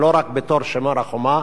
ולא רק בתור שומר החומה,